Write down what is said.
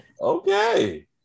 Okay